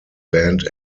band